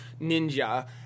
ninja